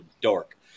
dork